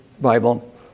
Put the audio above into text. Bible